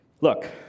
Look